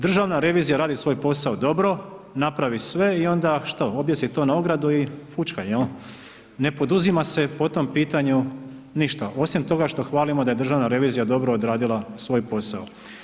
Državna revizija radi svoj posao dobro, napravi sve i onda što, objesi to na ogradu i fućka, jel, ne poduzima se po tom pitanju ništa osim toga što hvalimo da je Državna revizija dobro odradila svoj posao.